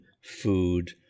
food